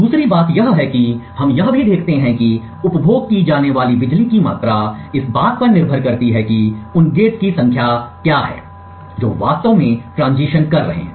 दूसरी बात यह है कि हम यह भी देखते हैं कि उपभोग की जाने वाली बिजली की मात्रा इस बात पर निर्भर करती है कि उन गेटों की संख्या पर निर्भर करती है जो वास्तव में ट्रांजिशन कर रहे हैं